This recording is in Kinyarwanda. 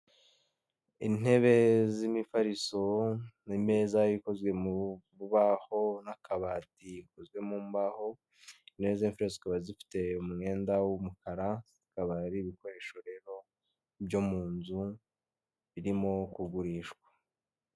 Intebe z'imifariso n'imeza ikozwe mu rubaho n'akabati gakozwe mu mbaho, intebe z'imifariso zikaba zifite umwenda w'umukara bikaba ari ibikoresho rero byo mu nzu birimo kugurishwa.